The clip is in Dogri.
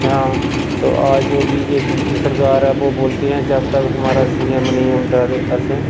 हां तो आज बी जे पी की सरकार है बो बोलते हैं जब तक हमारा सी ऐम्म नेईं औंदा ते असें